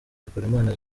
bikorimana